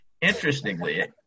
Interestingly